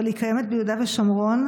אבל היא קיימת ביהודה ושומרון,